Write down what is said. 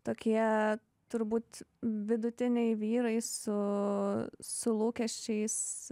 tokie turbūt vidutiniai vyrai su su lūkesčiais